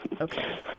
Okay